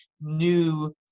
new